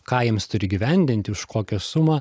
ką jiems turi įgyvendinti už kokią sumą